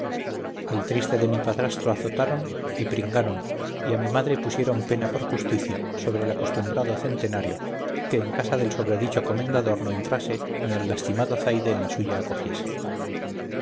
al triste de mi padrastro azotaron y pringaron y a mi madre pusieron pena por justicia sobre el acostumbrado centenario que en casa del sobredicho comendador no entrase ni al lastimado zaide en la suya acogiese